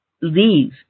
leave